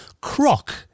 Croc